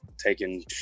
taking